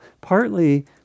Partly